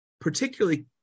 particularly